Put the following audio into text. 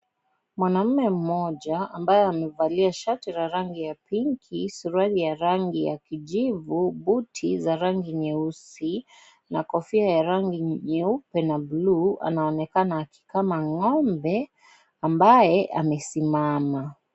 Mwanaume mmoja ambaye amevalia shati la rangi ya pinki, suruali ya rangi ya kijivu ,buti za rangi nyeusi na Kofia ya rangi nyeupe na bluu, anaonekana akikama ngombe ambaye amesimama .